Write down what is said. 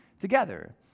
together